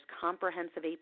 comprehensive